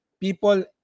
people